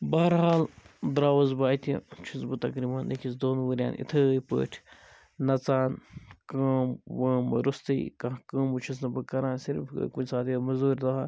بہرحال درٛاوُس بہٕ اَتہِ چھُس بہٕ تقریبًا أکِس دۄن ؤریَن یِتھے پٲٹھۍ نَژان کٲم وٲم رُستٕے کانٛہہ کٲمٕے چھُس نہٕ بہٕ کَران صرف گے کُنہ ساتہٕ یہٲے موٚزوٗرۍ دۄہَہ